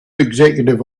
executive